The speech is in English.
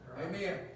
Amen